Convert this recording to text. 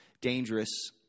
dangerous